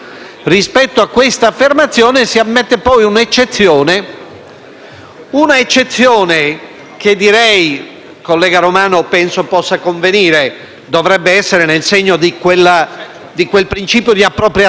un'eccezione che - il collega Romano penso possa convenire - dovrebbe essere nel segno di quel principio di appropriatezza, che dovrebbe presiedere a qualsiasi trattamento,